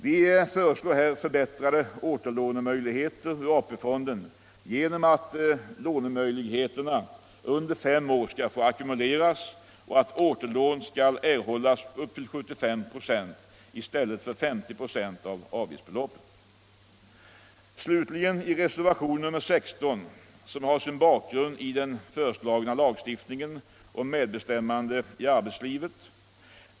Vi föreslår här förbättrade återlånemöjligheter ur AP-fonden genom att lånemöjligheterna under fem år får ackumuleras och återlån erhålls upp till 75 96 i stället för 50 96 av avgiftsbeloppet. Reservation nr 16 slutligen har sin bakgrund i den föreslagna lagstiftningen om medbestämmande i arbetslivet.